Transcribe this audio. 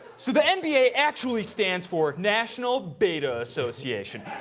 so the and nba actually stands for national beta association,